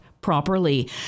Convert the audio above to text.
properly